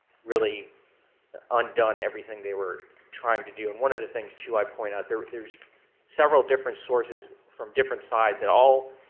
really undone everything they were trying to do. and one of the things, too, i point out, there's several different sources from different sides that all,